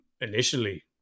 initially